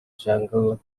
jungle